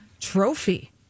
trophy